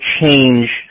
change